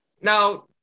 Now